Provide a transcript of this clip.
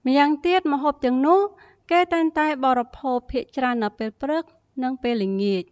ម្យ៉ាងទៀតម្ហូបទាំងនោះ គេតែងតែបរិភោគភាគច្រើននៅពេលព្រឹក នឹងពេលល្ងាច។